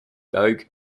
bogue